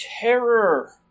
terror